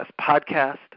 podcast